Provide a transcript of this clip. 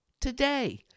today